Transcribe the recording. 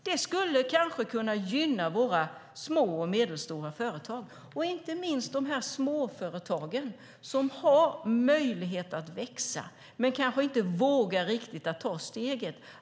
Det skulle kanske kunna gynna våra små och medelstora företag, inte minst de småföretag som har möjlighet att växa men kanske inte riktigt vågar ta steget.